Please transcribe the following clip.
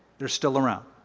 they're still around.